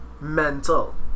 Mental